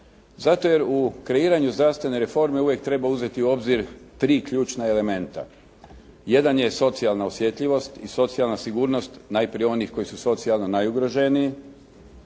Zato jer u kreiranju zdravstvene reforme uvijek treba uzeti u obzir tri ključna elementa. Jedan je socijalna osjetljivost i socijalna sigurnost najprije onih koji su socijalno najugroženiji.